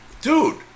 dude